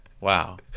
Wow